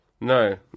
no